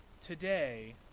today